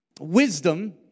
Wisdom